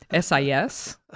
SIS